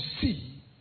see